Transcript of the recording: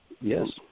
Yes